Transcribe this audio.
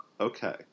okay